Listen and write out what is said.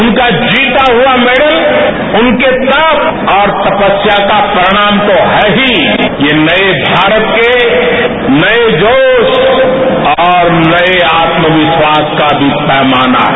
उनका जीता हुआ मेडल उनके तप और तपस्या का परिणाम तो है ही ये नए भारत के नए जोश और नए आत्मविश्वास का भी पैमाना है